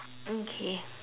mm okay